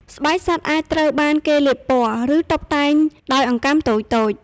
ស្បែកសត្វអាចត្រូវបានគេលាបពណ៌ ឬតុបតែងដោយអង្កាំតូចៗ។